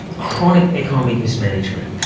chronic economic mismanagement.